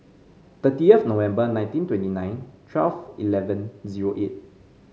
thirtieth November nineteen twenty nine twelve eleven zero eight